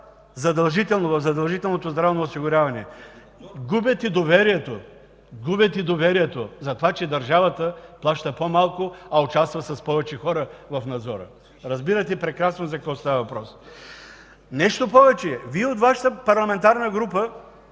задължителното здравно осигуряване. Губят и доверието от това, че държавата плаща по-малко, а участва с повече хора в Надзора. Разбирате прекрасно за какво става въпрос. Нещо повече. Представителите на Вашата парламентарна група